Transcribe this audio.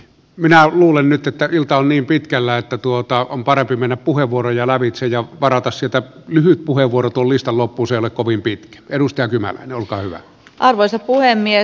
minä olen nyt että kilta on niin pitkällä että tuota on parempi mennä puhevuoroja lävitse ja varata sitä lyhyt puheenvuoro tulista loppuselle kovimpiin edustaa kylmä päivä arvoisa puhemies